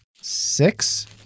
six